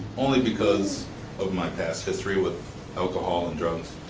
only because of my past history with alcohol and drugs.